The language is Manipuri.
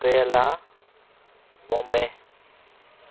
ꯀꯦꯔꯦꯂꯥ ꯕꯣꯝꯕꯦ